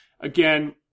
Again